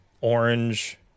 Orange